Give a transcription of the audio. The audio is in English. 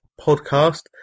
podcast